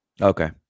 Okay